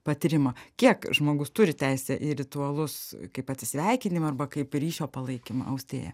patyrimą kiek žmogus turi teisę į ritualus kaip atsisveikinimą arba kaip ryšio palaikymą austėja